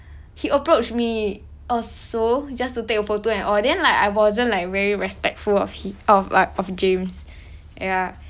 he approached me also just to take a photo and all then like I wasn't like very respectful of him of like of james ya